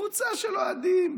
קבוצה של אוהדים,